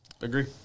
agree